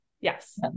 Yes